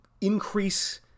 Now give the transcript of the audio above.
increase